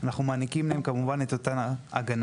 אנחנו מעניקים להם כמובן את ההגנה.